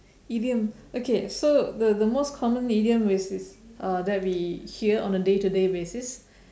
idiom okay so the the most common idiom which is uh that we hear on a day to day basis